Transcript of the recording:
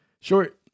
short